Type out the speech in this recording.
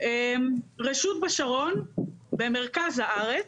רשות בשרון במרכז הארץ,